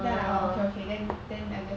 then I like orh okay okay then then I just